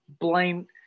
blame